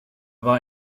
war